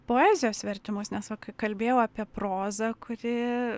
poezijos vertimus nes va kai kalbėjau apie prozą kuri